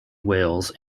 wales